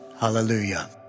Hallelujah